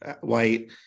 white